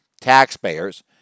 taxpayers